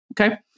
Okay